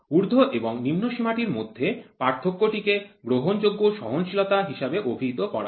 ঊর্ধ্ব এবং নিম্ন সীমাটির মধ্যে পার্থক্যটিকে গ্রহণযোগ্য সহনশীলতা হিসাবে অভিহিত করা হয়